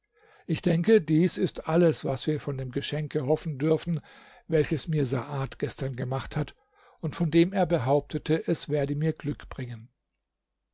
ich denke dies ist alles was wir von dem geschenke hoffen dürfen welches mir saad gestern gemacht hat und von dem er behauptete es werde mir glück bringen